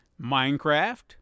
Minecraft